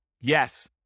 Yes